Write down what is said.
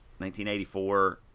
1984